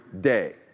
day